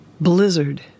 Blizzard